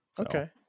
okay